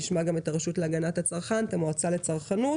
נשמע גם את הרשות להגנת הצרכן, את המועצה לצרכנות.